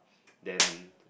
then